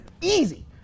Easy